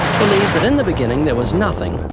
believes that in the beginning there was nothing,